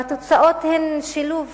והתוצאות הן שילוב